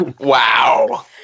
Wow